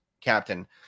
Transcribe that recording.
captain